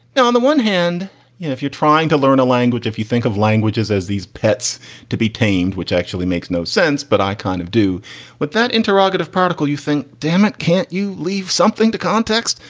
now on the one hand if you're trying to learn a language, if you think of languages as these pets to be tamed, which actually makes no sense, but i kind of do what that interrogative particle you think, dammit, can't you leave something to context?